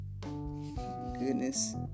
goodness